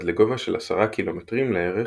עד לגובה של 10 ק"מ לערך,